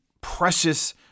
precious